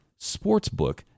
sportsbook